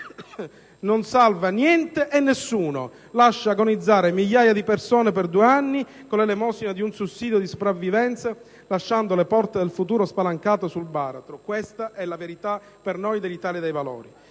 non salva niente e nessuno, lascia agonizzare migliaia di persone per due anni con l'elemosina di un sussidio di sopravvivenza, lasciando le porte del futuro spalancate sul baratro: questa è la verità per noi dell'Italia dei Valori.